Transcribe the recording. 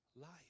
life